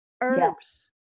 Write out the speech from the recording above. Herbs